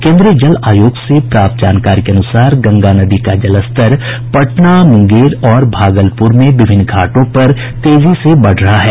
केन्द्रीय जल आयोग से प्राप्त जानकारी के अनुसार गंगा नदी का जलस्तर पटना मुंगेर और भागलपुर में विभिन्न घाटों पर तेजी से बढ़ रहा है